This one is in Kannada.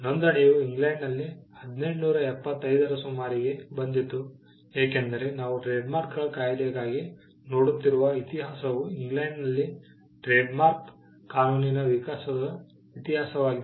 ನೊಂದಣಿಯು ಇಂಗ್ಲೆಂಡ್ನಲ್ಲಿ 1875 ರ ಸುಮಾರಿಗೆ ಬಂದಿತು ಏಕೆಂದರೆ ನಾವು ಟ್ರೇಡ್ಮಾರ್ಕ್ಗಳ ಕಾಯ್ದೆಗಾಗಿ ನೋಡುತ್ತಿರುವ ಇತಿಹಾಸವು ಇಂಗ್ಲೆಂಡ್ನಲ್ಲಿ ಟ್ರೇಡ್ಮಾರ್ಕ್ ಕಾನೂನಿನ ವಿಕಾಸದ ಇತಿಹಾಸವಾಗಿದೆ